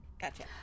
Gotcha